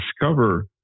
discover